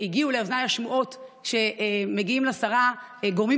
הגיעו לאוזניי שמועות שמגיעים לשרה גורמים